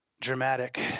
Dramatic